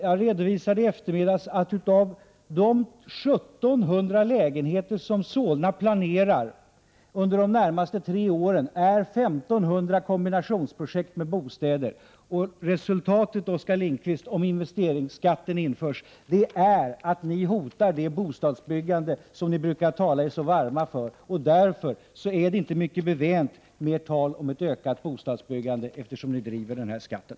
Jag redovisade i eftermiddags att av de 1 700 lägenheter som planeras byggas i Solna kommun de närmaste tre åren är 1 500 kombinationsprojekt med bostäder. Resultatet, Oskar Lindkvist, om investeringsskatten införs är att ni hotar det bostadsbyggande som ni brukar tala er så varma för. Därför är det inte så mycket bevänt med ert tal om ökat bostadsbyggande, eftersom ni driver frågan om den här skatten.